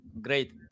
great